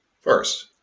First